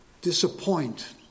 disappoint